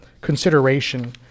consideration